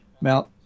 Mount